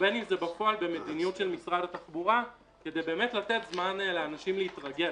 ובין אם זה בפועל במדיניות של משרד התחבורה כדי לתת לאנשים זמן להתרגל.